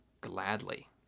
gladly